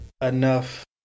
enough